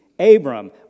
Abram